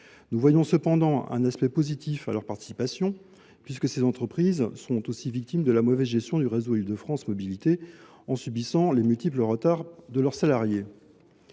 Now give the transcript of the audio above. Nous voyons cependant un aspect positif à cette participation. En effet, les entreprises sont elles aussi victimes de la mauvaise gestion du réseau par Île de France Mobilités, puisqu’elles subissent les multiples retards de leurs salariés.